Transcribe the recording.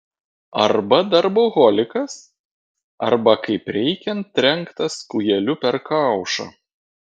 arba darboholikas arba kaip reikiant trenktas kūjeliu per kaušą